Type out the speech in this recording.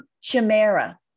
Chimera